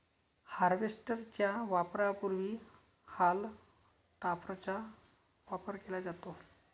harvester च्या वापरापूर्वी हॉल टॉपरचा वापर केला जातो